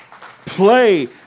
play